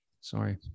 sorry